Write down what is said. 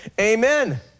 Amen